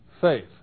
faith